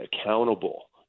accountable